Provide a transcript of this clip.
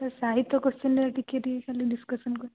sir ସାହିତ୍ୟ question ଟିକେ ଖାଲି ଡିସ୍କସନ୍ କରି ଦିଅନ୍ତୁ